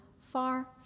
far